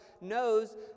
knows